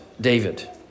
David